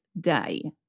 day